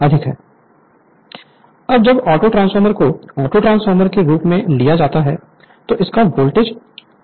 Refer Slide Time 2056 अब जब autotransformer को ऑटोट्रांसफॉर्मर के रूप में लिया जाता है तो इसका वोल्टेज और रेशियो V K V1V2 होगा